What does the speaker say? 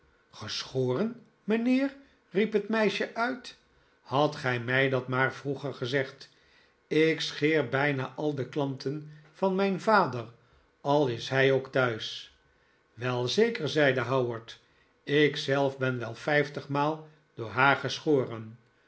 geschoren mijnheer riep het meisje uit hadt gij mij dat maar vroeger gezegd ik scheer bijna al de klanten van mijn vader al is hi ook thuis wel zeker zeide howard ik zelf ben wel vijftigmaal door haar geschoren